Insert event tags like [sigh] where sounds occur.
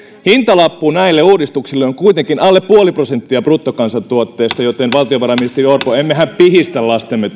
hintalappu näille uudistuksille on kuitenkin alle puoli prosenttia bruttokansantuotteesta joten valtionvarainministeri orpo emmehän pihistä lastemme [unintelligible]